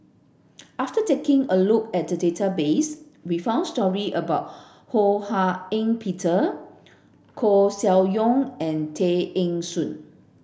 after taking a look at the database we found story about Ho Hak Ean Peter Koeh Sia Yong and Tay Eng Soon